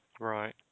Right